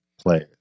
players